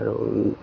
আৰু